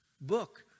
book